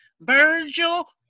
Virgil